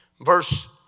Verse